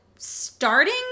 Starting